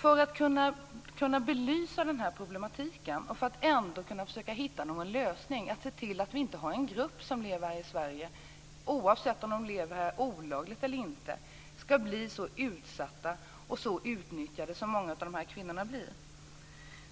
För att kunna belysa denna problematik och för att ändå kunna försöka hitta någon lösning för att se till att vi inte har en grupp som lever här i Sverige, oavsett om den lever här olagligt eller inte, och blir så utsatt och så utnyttjad som många av dessa kvinnor blir.